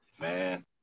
man